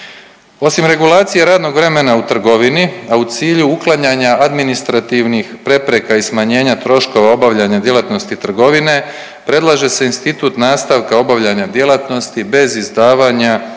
Osim regulacije radnog vremena u trgovini, a u cilju uklanjanja administrativnih prepreka i smanjenja troškova obavljanja djelatnosti trgovine predlaže se institut nastavka obavljanja djelatnosti bez izdavanja